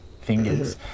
fingers